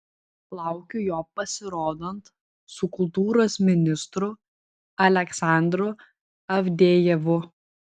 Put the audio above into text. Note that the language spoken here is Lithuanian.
laukiu jo pasirodant su kultūros ministru aleksandru avdejevu